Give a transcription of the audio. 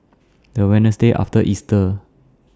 The Wednesday after Easter